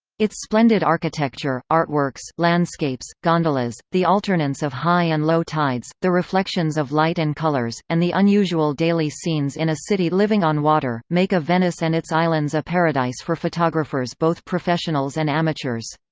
its splendid architecture, artworks, landscapes, gondolas, the alternance of high and low tides, the reflections of light and colors, and the unusual daily scenes in a city living on water, make of venice and its islands a paradise for photographers both professionals and amateurs.